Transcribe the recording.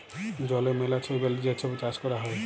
জলে ম্যালা শৈবালের যে ছব চাষ ক্যরা হ্যয়